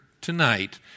tonight